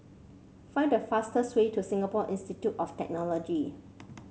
find the fastest way to Singapore Institute of Technology